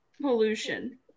Pollution